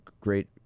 Great